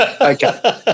Okay